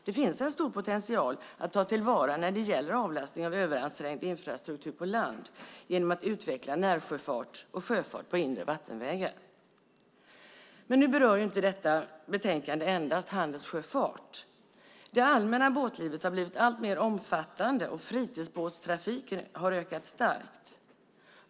Det finns en stor potential att ta till vara när det gäller avlastning av överansträngd infrastruktur på land genom att utveckla närsjöfart och sjöfart på inre vattenvägar. Men detta betänkande berör inte endast handelssjöfart. Det allmänna båtlivet har blivit alltmer omfattande, och fritidsbåtstrafiken har ökat starkt.